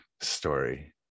story